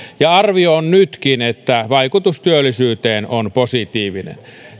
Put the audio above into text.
ja arvio on nytkin että vaikutus työllisyyteen on positiivinen